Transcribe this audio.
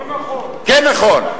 לא נכון.